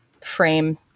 frame